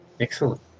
Excellent